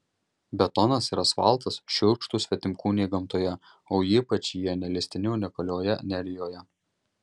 betonas ir asfaltas šiurkštūs svetimkūniai gamtoje o ypač jie neleistini unikalioje nerijoje